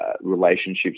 relationships